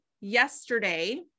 yesterday